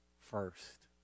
first